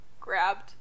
grabbed